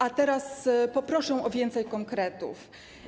A teraz poproszę o więcej konkretów.